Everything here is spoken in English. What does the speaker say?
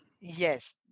Yes